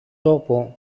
τόπο